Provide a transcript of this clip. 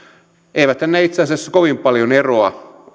eiväthän ne itse asiassa kovin paljon eroa